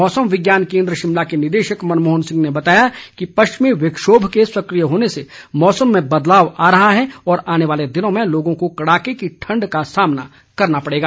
मौसम विज्ञान केन्द्र शिमला के निदेशक मनमोहन सिंह ने बताया कि पश्चिमी विक्षोम के सक्रिय होने से मौसम में बदलाव आ रहा है और आने वाले दिनों में लोगों को कड़ाके की ठण्ड का सामना करना पड़ेगा